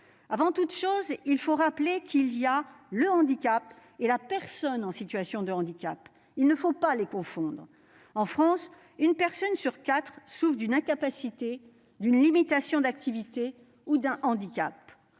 Avant toute chose, il faut rappeler qu'il y a, d'un côté, le handicap et, de l'autre, la personne en situation de handicap. Il ne faut pas les confondre. En France, une personne sur quatre souffre d'une incapacité, d'une limitation d'activité ou d'un handicap.